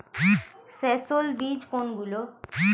সস্যল বীজ কোনগুলো?